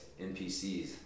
NPCs